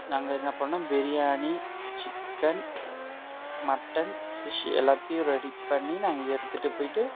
நாங்கள் என்ன பண்ணிணோம் பிரியாணி சிக்கன் மட்டன் ஃபிஷ் எல்லாத்தையும் ரெடி பண்ணி நாங்கள் எடுத்துகிட்டு போய்விட்டு